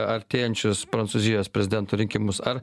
artėjančius prancūzijos prezidento rinkimus ar